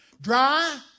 Dry